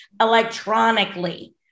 electronically